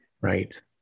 Right